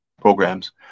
programs